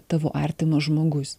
tavo artimas žmogus